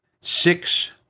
six